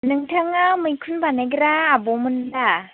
नोंथाङा मैखुन बानायग्रा आब'मोन दा